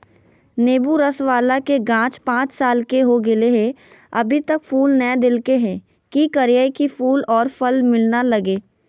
नेंबू रस बाला के गाछ पांच साल के हो गेलै हैं अभी तक फूल नय देलके है, की करियय की फूल और फल मिलना लगे?